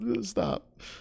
stop